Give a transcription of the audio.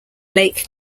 lake